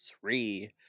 three